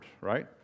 right